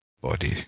body